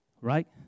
right